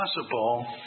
possible